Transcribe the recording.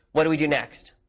what do we do next?